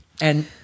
And-